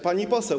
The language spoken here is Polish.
Pani Poseł!